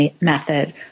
method